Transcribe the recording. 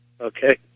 Okay